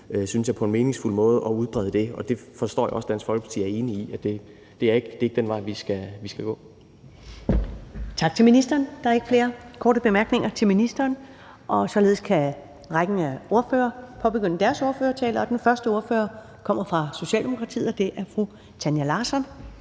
om su, på en meningsfuld måde, synes jeg, at udbrede det. Og det forstår jeg også at Dansk Folkeparti er enige i ikke er den vej, vi skal gå. Kl. 13:22 Første næstformand (Karen Ellemann): Tak til ministeren. Der er ikke flere korte bemærkninger til ministeren, og således kan rækken af ordførere påbegynde deres ordførertaler. Den første ordfører kommer fra Socialdemokratiet, og det er fru Tanja Larsson.